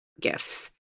gifts